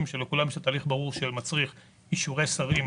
שלכולם יש תהליך ברור שמצריך אישורי שרים.